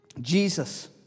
Jesus